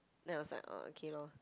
then I was like orh okay lor